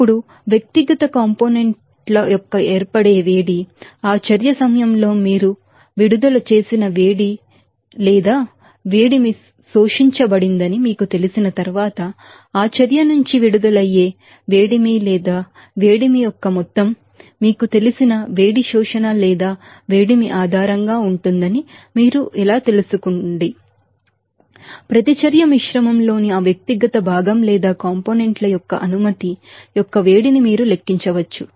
ఇప్పుడు వ్యక్తిగత కాంపోనెంట్ ల యొక్క ఏర్పడే వేడి ఆ చర్య సమయంలో మీరు విడుదల చేసిన వేడి మిలేదా హీట్ అబ్సర్బ్ ఆ చర్య నుంచి విడుదల అయ్యే వేడిమి లేదా వేడిమి యొక్క మొత్తం హీట్ అబ్సర్బ్ లేదా హీట్ ఆధారంగా ఉంటుందని మీరు ఎలా తెలుసుకోండి ప్రతిచర్య మిశ్రమంలోని ఆ వ్యక్తిగత భాగం లేదా కాంపోనెంట్ ల యొక్క అనుమతి యొక్క హీట్ని మీరు లెక్కించవచ్చు